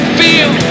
feel